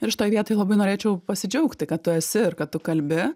ir šitoj vietoj labai norėčiau pasidžiaugti kad tu esi ir kad tu kalbi